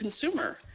consumer